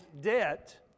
debt